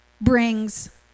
brings